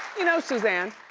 you know, suzanne,